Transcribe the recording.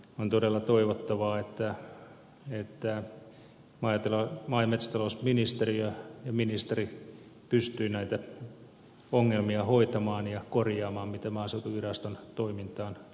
on todella toivottavaa että maa ja metsätalousministeriö ja ministeri pystyvät hoitamaan ja korjaamaan näitä ongelmia mitä maaseutuviraston toimintaan liittyy